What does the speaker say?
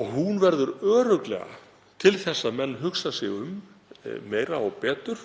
og hún verður örugglega til þess að menn hugsa sig um meira og betur.